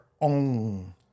own